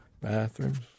Bathrooms